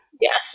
Yes